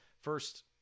first